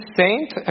saint